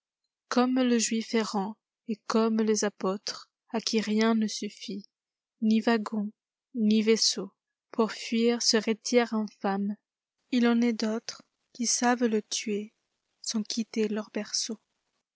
comme le juif errant et comme les apôtres a qui rien ne suffit ni wagon ni vaisseau pour fuir ce rétiaire infâme il en est d'autresqui savent le tuer sans quitter leur berceau